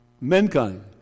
mankind